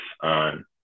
on